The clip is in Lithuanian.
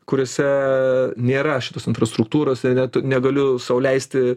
kuriuose nėra šitos infrastruktūros ir net negaliu sau leisti